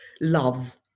Love